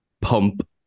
pump